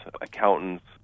accountants